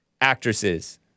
actresses